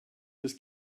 das